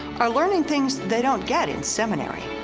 are learning things they don't get in seminary,